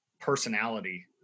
personality